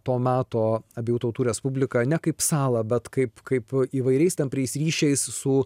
to meto abiejų tautų respubliką ne kaip salą bet kaip kaip įvairiais tampriais ryšiais su